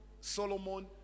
Solomon